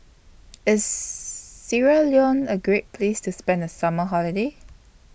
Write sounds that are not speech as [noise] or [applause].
IS [noise] Sierra Leone A Great Place to spend The Summer Holiday